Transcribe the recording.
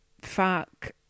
fuck